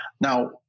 Now